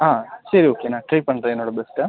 ஆ சரி ஓகே நான் ட்ரை பண்ணுறேன் என்னோட பெஸ்ட்டை